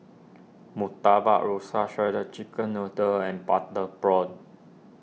Murtabak Rusa Shredded Chicken Noodles and Butter Prawns